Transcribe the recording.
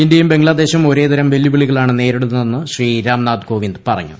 ഇന്ത്യയും ബംഗ്ലാദേശും ഒരേതരം വെല്ലുവിളികളാണ് നേരിടുന്നതെന്ന് ശ്രീ രാംനാഥ് കോവിന്ദ് പറഞ്ഞു